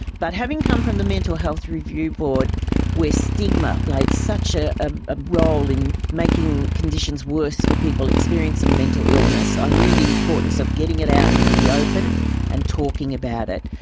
but having come from the mental health review board where stigma played such a ah role in making conditions worse for people experiencing mental illness, i knew the importance of getting it out into the open and talking about it.